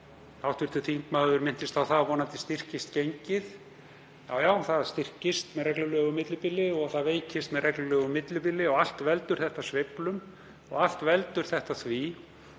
lán. Hv. þingmaður minntist á að vonandi styrkist gengið. Já, já, það styrkist með reglulegu millibili og það veikist með reglulegu millibili. Og allt veldur það sveiflum og veldur því